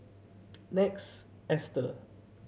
Next Easter